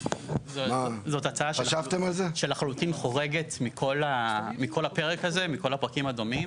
זו הצעה שחורגת מכל הפרק הזה, מכל הפרקים הדומים.